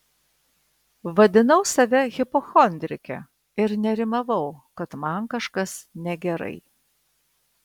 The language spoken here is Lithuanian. vadinau save hipochondrike ir nerimavau kad man kažkas negerai